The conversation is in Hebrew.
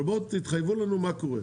אבל בואו תתחייבו לנו מה קורה.